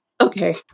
okay